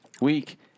week